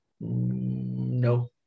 No